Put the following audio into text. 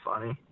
funny